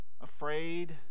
afraid